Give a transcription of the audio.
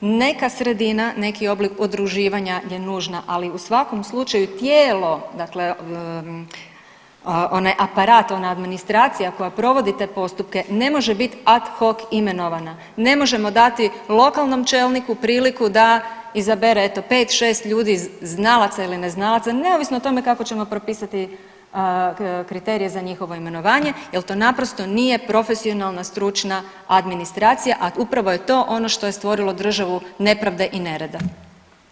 Neka sredina, neki oblik udruživanja je nužna, ali u svakom slučaju tijelo, dakle onaj aparat, ona administracija koja provodi te postupke ne može bit ad hoc imenovana, ne možemo dati lokalnom čelniku priliku da izabere eto 5-6 ljudi znalaca ili ne znalaca neovisno o tome kako ćemo propisati kriterije za njihovo imenovanje jel to naprosto nije profesionalna i stručna administracija, a upravo je to ono što je stvorilo državu nepravde i nerada.